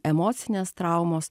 emocinės traumos